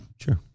Sure